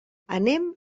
anem